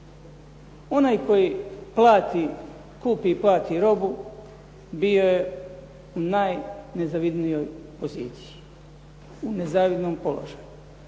Onaj koji plati, kupi i plati robu bio je u najnezavidnijoj poziciji, u nezavidnom položaju.